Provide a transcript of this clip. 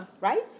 Right